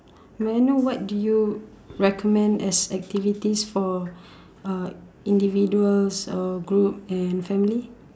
may I know what do you recommend as activities for uh individuals uh group and family